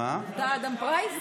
אתה אדם פרייס?